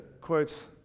quotes